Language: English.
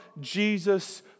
Jesus